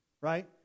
right